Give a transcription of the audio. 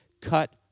cut